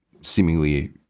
seemingly